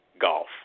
golf